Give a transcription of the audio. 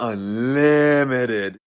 Unlimited